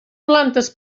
plantes